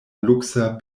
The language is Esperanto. luksa